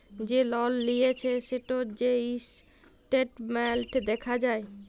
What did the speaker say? যে লল লিঁয়েছে সেটর যে ইসট্যাটমেল্ট দ্যাখা যায়